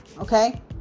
Okay